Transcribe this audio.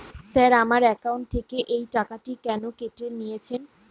Sir আমার account থেকে এই টাকাটি কেন কেটে নিয়েছেন?